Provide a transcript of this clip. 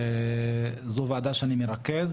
זו ועדה שאני מרכז,